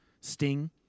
Sting